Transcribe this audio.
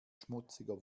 schmutziger